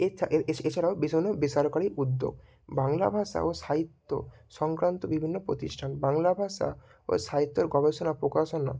এথা এছাড়াও বেষণ বেসরকারি উদ্যোগ বাংলা ভাষা ও সাহিত্য সংক্রান্ত বিভিন্ন প্রতিষ্ঠান বাংলা ভাষা ও সাহিত্যর গবেষণার প্রকাশনা